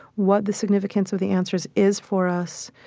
what the significance of the answers is for us,